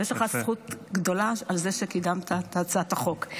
יש לך זכות גדולה על זה שקידמת את הצעת החוק.